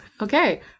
Okay